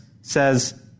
says